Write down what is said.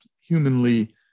humanly